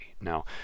Now